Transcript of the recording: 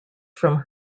from